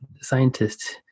scientists